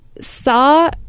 saw